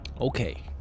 Okay